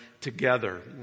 together